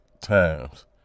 times